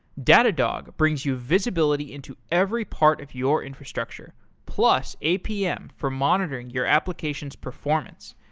datadog brings you visibility into every part of your infrastructure, plus, apm for monitoring your application's performance.